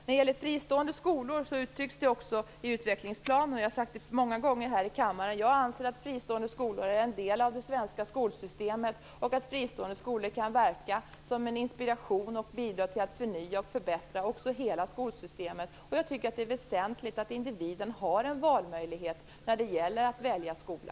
När det gäller fristående skolor uttrycks det i utvecklingsplanen, och jag har också sagt det många gånger här i kammaren. Jag anser att fristående skolor är en del av det svenska skolsystemet och att fristående skolor kan ge inspiration och bidra till att förnya och förbättra också hela skolsystemet. Jag tycker att det är väsentligt att individen har en valmöjlighet när det gäller att välja skola.